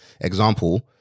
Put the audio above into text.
example